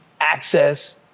access